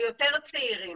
יותר צעירים,